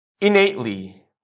innately